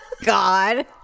God